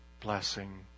blessing